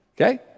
Okay